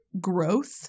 growth